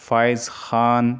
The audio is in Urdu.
فائز خان